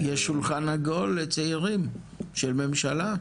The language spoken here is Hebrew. יש שולחן עגול לצעירים של ממשלה.